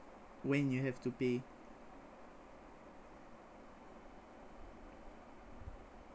when you have to pay